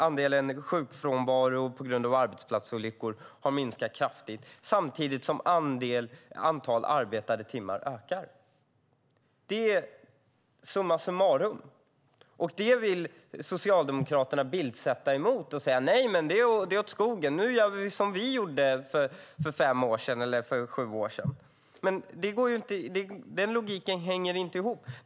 Andelen sjukfrånvaro på grund av arbetsplatsolyckor har minskat kraftigt samtidigt som antalet arbetade timmar ökar. Det vill Socialdemokraterna sätta emot och säga att det är åt skogen och att de vill göra som de gjorde för sju år sedan. Men den logiken hänger inte ihop.